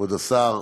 כבוד השר,